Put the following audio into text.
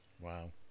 Wow